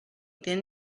thin